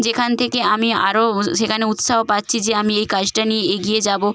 যেখান থেকে আমি আরো সেখানে উৎসাহ পাচ্ছি যে আমি এই কাজটা নিয়ে এগিয়ে যাব